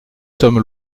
sommes